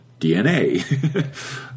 DNA